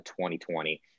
2020